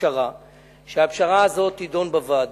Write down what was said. לפשרה כלשהי, שתידון בוועדה.